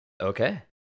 Okay